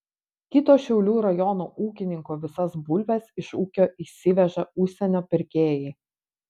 kito šiaulių rajono ūkininko visas bulves iš ūkio išsiveža užsienio pirkėjai